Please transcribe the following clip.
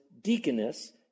deaconess